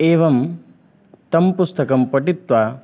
एवं तं पुस्तकं पठित्वा